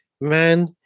man